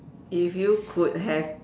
if you could have